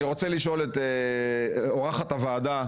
אני רוצה לשאול את אורחת הוועדה,